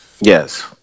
Yes